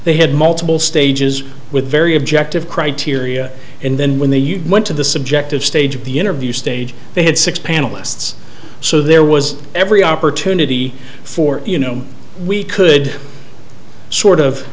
they had multiple stages with very objective criteria and then when they you went to the subjective stage of the interview stage they had six panelists so there was every opportunity for you know we could sort of